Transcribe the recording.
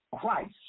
Christ